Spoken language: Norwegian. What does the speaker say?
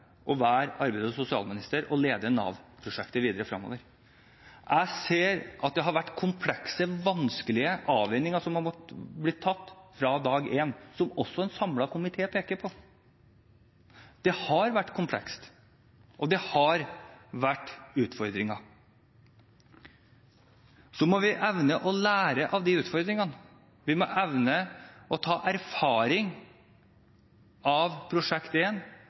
å være arbeids- og sosialminister og lede Nav-prosjektet videre fremover. Jeg ser at det har vært komplekse, vanskelige avveininger som man har måttet ta fra dag én, noe også en samlet komité peker på. Det har vært komplekst, og det har vært utfordringer. Så må vi evne å lære av de utfordringene, vi må evne å ta erfaring av